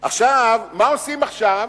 מה עושים עכשיו?